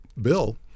Bill